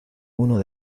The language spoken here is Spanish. uno